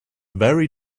very